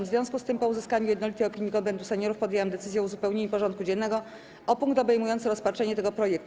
W związku z tym, po uzyskaniu jednolitej opinii Konwentu Seniorów, podjęłam decyzję o uzupełnieniu porządku dziennego o punkt obejmujący rozpatrzenie tego projektu.